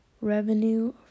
revenue